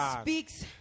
speaks